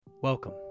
Welcome